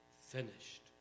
finished